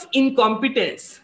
incompetence